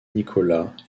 nicholas